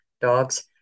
dogs